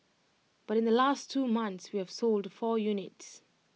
but in the last two months we have sold the four units